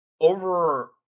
over